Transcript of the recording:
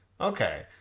Okay